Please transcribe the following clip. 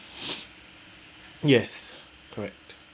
yes correct